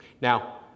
Now